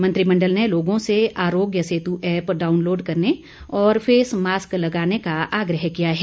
मंत्रिमंडल ने लोगों से आरोग्य सेतु ऐप डाउनलोड करने और फेस मास्क लगाने का आग्रह किया है